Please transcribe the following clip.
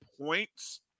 points